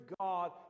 God